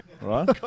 Right